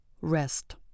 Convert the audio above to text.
Rest